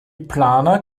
planer